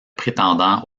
prétendant